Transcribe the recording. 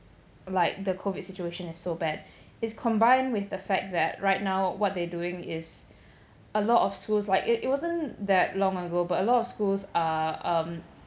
like the COVID situation is so bad it's combined with the fact that right now what they doing is a lot of schools like it it wasn't that long ago but a lot of schools are um